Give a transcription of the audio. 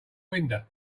window